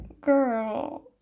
girl